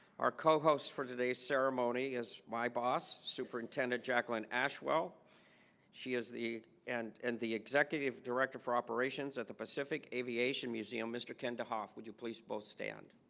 our co-hosts for today's ceremony is my boss superintendent jacqueline well she is the and and the executive director for operations at the pacific aviation museum mr. kenda hoff would you please both stand